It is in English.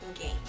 game